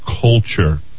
culture